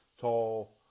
Tall –